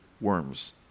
worms